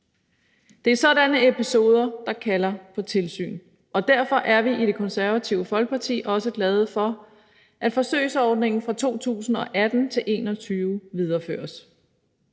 Det er sådanne episoder, der kalder på tilsyn, og derfor er vi i Det Konservative Folkeparti også glade for, at forsøgsordningen for 2018-2021 videreføres.